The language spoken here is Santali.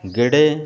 ᱜᱮᱰᱮ